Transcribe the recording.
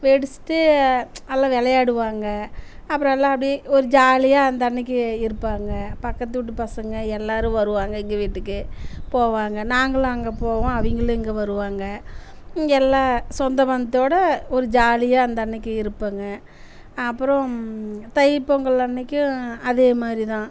வெடிச்சிட்டு எல்லா விளையாடுவாங்க அப்புறம் எல்லா அப்படியே ஒரு ஜாலியாக அந்த அன்றைக்கு இருப்பாங்க பக்கத்து வீட்டு பசங்கள் எல்லாேரும் வருவாங்க எங்கள் வீட்டுக்கு போவாங்க நாங்களும் அங்கே போவோம் அவங்களும் இங்கே வருவாங்க இங்கே எல்லாம் சொந்த பந்தத்தோடு ஒரு ஜாலியாக அந்த அன்றைக்கு இருப்பாங்க அப்புறம் தை பொங்கல் அன்றைக்கு அதே மாதிரி தான்